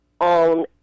on